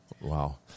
Wow